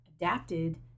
adapted